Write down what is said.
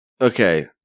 Okay